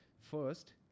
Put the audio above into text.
First